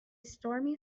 stormy